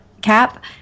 Cap